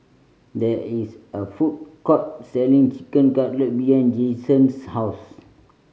there is a food court selling Chicken Cutlet behind Jayvon's house